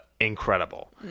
incredible